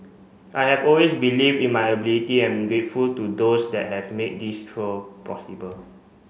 I have always believe in my ability and I'm grateful to those that have made this trial possible